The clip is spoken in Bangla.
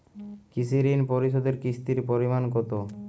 কৃষি ঋণ পরিশোধের কিস্তির পরিমাণ কতো?